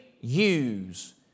use